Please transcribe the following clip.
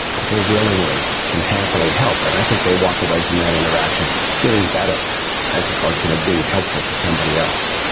people willingly and happily help, and i think they walk away from that interaction feeling better as a function of being helpful to somebody else.